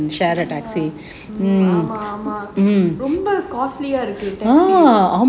அமா ஆமா ரொம்ப:aamaa aamaa romba costly ah இருக்கு:iruku